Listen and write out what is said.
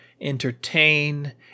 Entertain